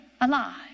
alive